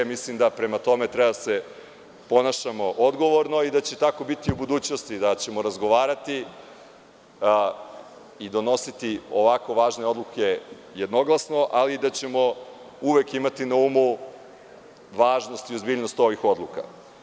Mislim da, prema tome, treba da se ponašamo odgovorno i da će tako biti u budućnosti, da ćemo razgovarati i donositi ovako važne odluke jednoglasno, ali i da ćemo uvek imati na umu važnost i ozbiljnost ovih odluka.